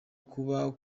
kubaho